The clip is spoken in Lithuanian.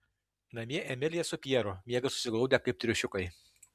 namie emilija su pjeru miega susiglaudę kaip triušiukai